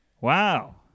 Wow